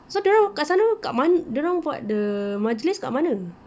so dorang kat sana kat mana dorang the majlis kat mana